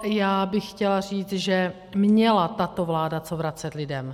Já bych chtěla říct, že měla tato vláda co vracet lidem.